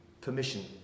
permission